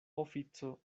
ofico